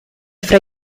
fra